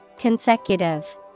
Consecutive